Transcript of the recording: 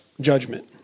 judgment